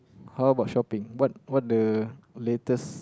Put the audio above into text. how about shopping what what the latest